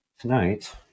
tonight